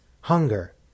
hunger